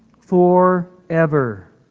Forever